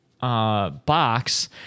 box